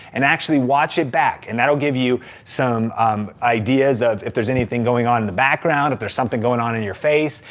and actually watch it back. and that'll give you some um ideas of if there's anything going on in the back ground, if there's something going on on your face,